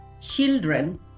Children